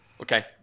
Okay